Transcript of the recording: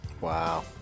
Wow